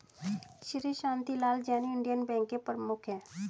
Shri Shantilal Jain Indian bank के प्रमुख है